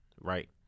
right